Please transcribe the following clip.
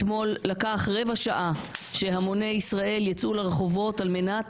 אתמול לקח רבע שעה שהמוני ישראל יצאו לרחובות על מנת